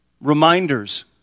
Reminders